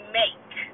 make